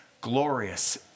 glorious